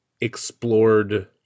explored